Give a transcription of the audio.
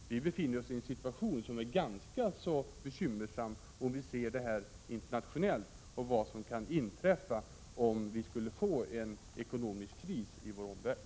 Vi befinner oss i en situation som är ganska så bekymmersam — om vi i ett internationellt perspektiv ser till vad som kan inträffa i händelse av en ekonomisk kris i vår omvärld.